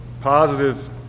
positive